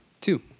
Two